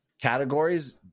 Categories